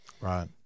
Right